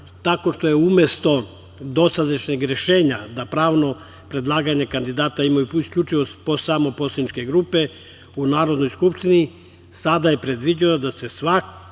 tako što je umesto dosadašnjeg rešenja da pravno predlaganje kandidata imaju isključivo samo poslaničke grupe u Narodnoj skupštini, sada je predviđeno da se svako